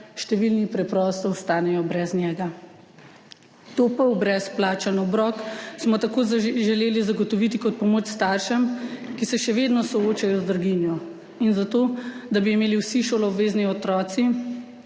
številni preprosto ostanejo brez njega. Ta pol brezplačen obrok smo tako želeli zagotoviti kot pomoč staršem, ki se še vedno soočajo z draginjo, in zato, da bi imeli vsi šoloobvezni otroci